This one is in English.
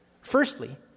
Firstly